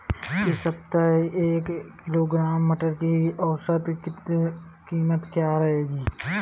इस सप्ताह एक किलोग्राम मटर की औसतन कीमत क्या रहेगी?